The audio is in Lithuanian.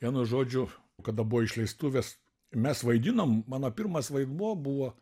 vienu žodžiu kada buvo išleistuvės mes vaidinom mano pirmas vaidmuo buvo